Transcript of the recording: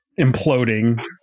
imploding